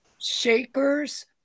shakers